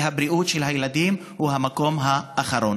והבריאות של הילדים היא במקום האחרון.